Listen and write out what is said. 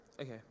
Okay